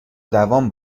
دوام